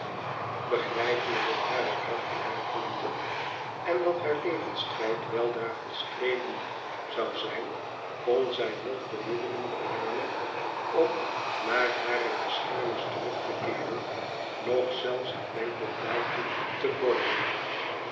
begrijpende dat hare krachten haar verlieten en dat haar levensstrijd weldra volstreden zou zijn kon zij noch de middelen beramen om naar hare beschermers terug te keeren noch zelfs het denkbeeld daartoe vormen